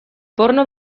porno